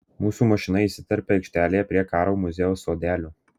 mūsų mašina įsiterpia aikštelėje prie karo muziejaus sodelio